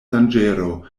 danĝero